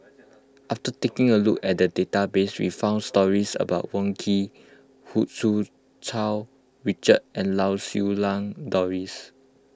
after taking a look at the database we found stories about Wong Keen Hu Tsu Tau Richard and Lau Siew Lang Doris